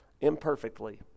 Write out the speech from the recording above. imperfectly